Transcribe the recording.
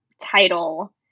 title